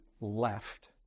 left